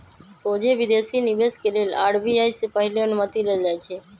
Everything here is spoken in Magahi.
सोझे विदेशी निवेश के लेल आर.बी.आई से पहिले अनुमति लेल जाइ छइ